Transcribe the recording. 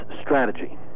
strategy